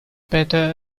better